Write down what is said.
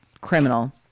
criminal